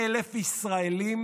כלי רכב היברידיים.